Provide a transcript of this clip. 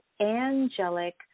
angelic